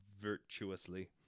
virtuously